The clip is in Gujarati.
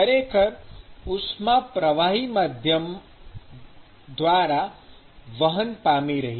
ખરેખર ઉષ્મા પ્રવાહી માધ્યમ દ્વારા વહન પામી રહી છે